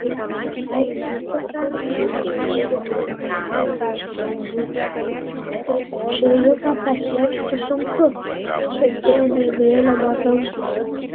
visai tiktų perfrazuoti libo eilėraščio eilutę išėjimą pasiekti sunku sunkiau nei mėlyną dangų